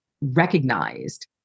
recognized